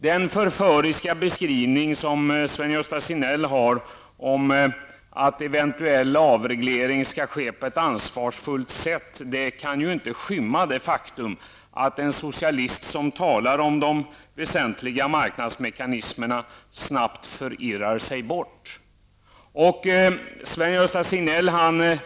Den förföriska beskrivning som Sven Gösta Signell har om att en eventuell avreglering skall ske på ett ansvarsfullt sätt, kan ju inte skymma det faktum att en socialist som talar om de väsentliga marknadsmekanismerna snabbt förirrarsig bort.